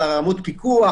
על רמות הפיקוח,